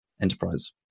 Enterprise